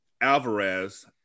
Alvarez